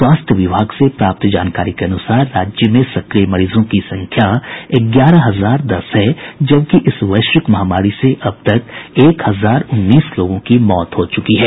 स्वास्थ्य विभाग से प्राप्त जानकारी के अनुसार राज्य में सक्रिय मरीजों की संख्या ग्यारह हजार दस है जबकि इस वैश्विक महामारी से अब तक एक हजार उन्नीस लोगों की मौत हो चुकी है